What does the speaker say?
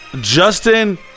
Justin